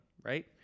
right